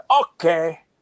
okay